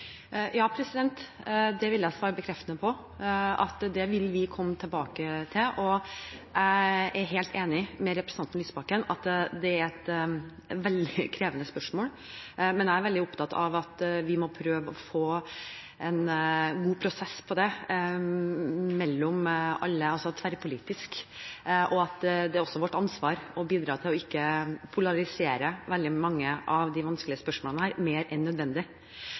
det vil jeg svare bekreftende på: Det vil vi komme tilbake til. Jeg er helt enig med representanten Lysbakken i at det er et veldig krevende spørsmål, men jeg er veldig opptatt av at vi må prøve å få en god prosess på det tverrpolitisk, og at det også er vårt ansvar å bidra til ikke å polarisere veldig mange av de vanskelige spørsmålene her mer enn nødvendig.